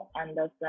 understand